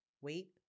wait